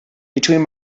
between